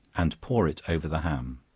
and pour it over the ham.